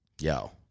yo